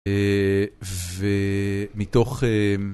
ומתוך